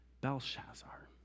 Belshazzar